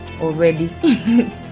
already